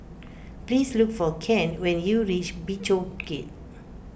please look for Kent when you reach Bishopsgate